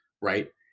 right